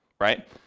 right